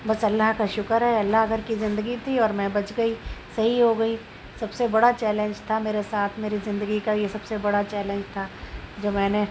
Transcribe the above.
بس اللّہ کا شکر ہے اللّہ گھر کی زندگی تھی اور میں بچ گئی صحیح ہو گئی سب سے بڑا چیلنج تھا میرے ساتھ میری زندگی کا یہ سب سے بڑا چیلنج تھا جو میں نے